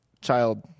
child